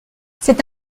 c’est